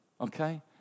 okay